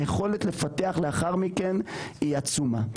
היכולת לפתח לאחר מכן היא עצומה.